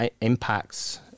impacts